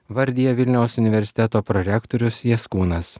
vardija vilniaus universiteto prorektorius jaskūnas